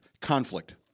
conflict